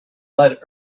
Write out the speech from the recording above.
led